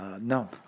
no